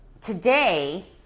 today